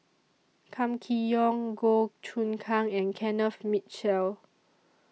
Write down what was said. Kam Kee Yong Goh Choon Kang and Kenneth Mitchell